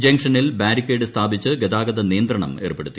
ജങ്ഷനിൽ barricade സ്ഥാപിച്ച് ഗതാഗതനിയന്ത്രണം ഏർപ്പെടുത്തി